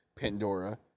Pandora